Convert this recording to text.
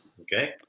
Okay